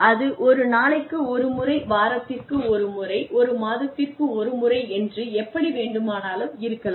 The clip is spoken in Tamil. அது ஒரு நாளைக்கு ஒரு முறை வாரத்திற்கு ஒரு முறை ஒரு மாதத்திற்கு ஒரு முறை என்று எப்படி வேண்டுமானாலும் இருக்கலாம்